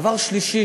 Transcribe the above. דבר שלישי,